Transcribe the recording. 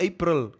April